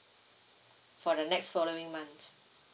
for the next following month